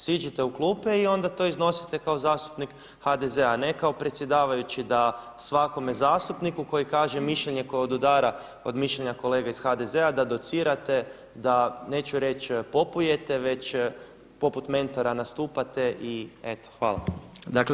Siđite u klupe i onda to iznosite kao zastupnik HDZ-a a ne kako predsjedavajući da svakome zastupniku koji kaže mišljenje koje odudara od mišljenja kolega iz HDZ-a da docirate da neću reći popujete već poput mentora nastupate i eto hvala.